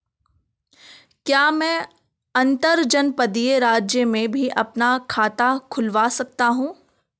क्या मैं अंतर्जनपदीय राज्य में भी अपना खाता खुलवा सकता हूँ?